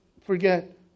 forget